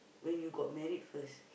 when you got married first